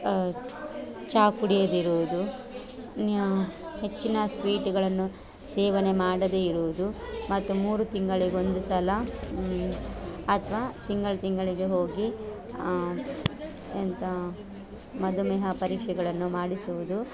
ಚಾ ಕುಡಿಯದಿರುವುದು ನ್ಯ ಹೆಚ್ಚಿನ ಸ್ವೀಟ್ಗಳನ್ನು ಸೇವನೆ ಮಾಡದೆ ಇರುವುದು ಮತ್ತು ಮೂರು ತಿಂಗಳಿಗೊಂದು ಸಲ ಅಥವಾ ತಿಂಗಳು ತಿಂಗಳಿಗೆ ಹೋಗಿ ಎಂಥ ಮಧುಮೇಹ ಪರೀಕ್ಷೆಗಳನ್ನು ಮಾಡಿಸುವುದು